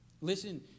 Listen